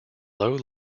low